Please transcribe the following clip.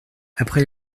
après